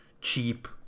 cheap